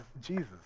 Jesus